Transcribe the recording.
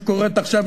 שקורית עכשיו,